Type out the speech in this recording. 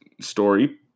story